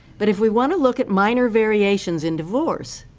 but if we want to look at minor variations in divorce,